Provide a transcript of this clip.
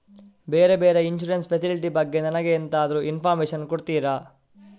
ಬೇರೆ ಬೇರೆ insurance facility ಬಗ್ಗೆ ನನಗೆ ಎಂತಾದ್ರೂ ಇನ್ಫೋರ್ಮೇಷನ್ ಕೊಡ್ತೀರಾ?